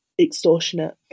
extortionate